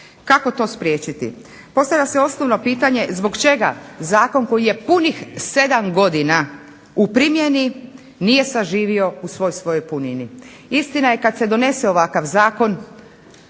Kako to spriječiti? Postavlja se osnovno pitanje zbog čega zakon koji je punih 7 godina u primjeni nije saživio u svoj svojoj punini. Istina je kad se donese ovakav zakon